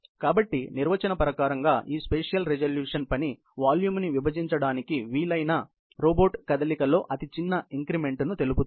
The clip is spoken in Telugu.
కాబట్టి నిర్వచన పరంగా ఈ స్పేషియల్ రిజుల్యూషన్ పని వాల్యూమ్ ని విభజించడానికీ వీలైన రోబోట్ కదలికలో అతి చిన్న ఇంక్రిమెంట్ ను తెలుపుతుంది